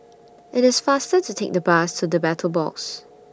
IT IS faster to Take The Bus to The Battle Box